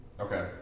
Okay